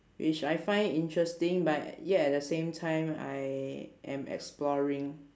which I find interesting but yet at the same time I am exploring